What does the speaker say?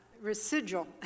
residual